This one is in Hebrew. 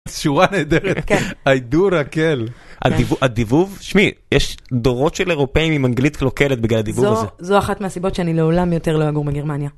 שורה נהדרת, הידור הקל, הדיבוב, שמי יש דורות של אירופאים עם אנגלית קלוקלת בגלל הדיבוב הזה, זו אחת מהסיבות שאני לעולם יותר לא אגור בגרמניה.